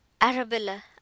Arabella